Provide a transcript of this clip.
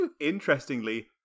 interestingly